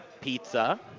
pizza